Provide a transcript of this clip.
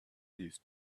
these